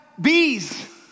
bees